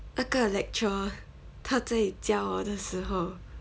那个 lecturer 他只有教我的时候